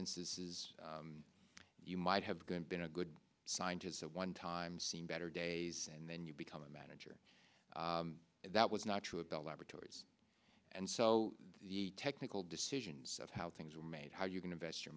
instances you might have been a good scientist at one time seen better days and then you become a manager that was not true at the laboratories and so the technical decisions of how things were made how you can invest your